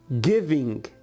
giving